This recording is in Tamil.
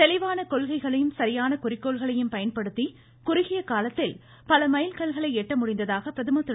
தெளிவான கொள்கைகளையும் சரியான குறிக்கோள்களையும் பயன்படுத்தி குறுகிய காலத்தில் பல மைல் கல்களை எட்ட முடிந்ததாக பிரதமர் திரு